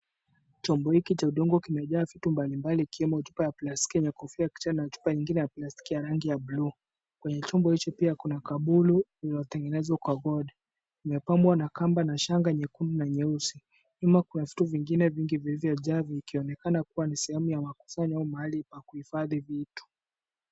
Chombo hiki cha udongo kimejaa vitu mbalimbali ikiwemo chupa ya plastiki yenye picha na chupa ya plastiki yenye kofia ya rangi ya bluu. Kwenye chombo hicho pia kuna Kabulu lililotekelezwa kwa gold . Limepambwa na kamba na shanga Nyeusi. Nyuma kuna vitu vingi vilivyo jaa ikionekana ni sehemu ya makusanyo ya kuhifadhi vitu.